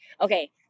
Okay